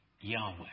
Yahweh